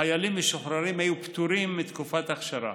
חיילים משוחררים היו פטורים מתקופת אכשרה,